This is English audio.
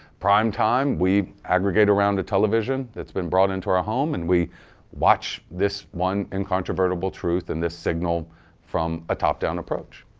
prime time we aggregate around a television that's been brought into our home and we watch this one incontrovertible truth and this signal from a top down approach.